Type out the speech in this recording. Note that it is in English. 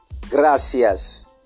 gracias